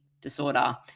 Disorder